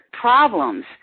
problems